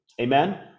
amen